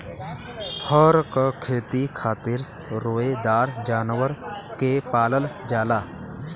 फर क खेती खातिर रोएदार जानवर के पालल जाला